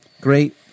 Great